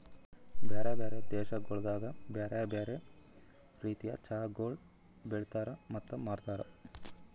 ಬ್ಯಾರೆ ಬ್ಯಾರೆ ದೇಶಗೊಳ್ದಾಗ್ ಬ್ಯಾರೆ ಬ್ಯಾರೆ ರೀತಿದ್ ಚಹಾಗೊಳ್ ಬೆಳಿತಾರ್ ಮತ್ತ ಮಾರ್ತಾರ್